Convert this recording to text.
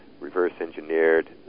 reverse-engineered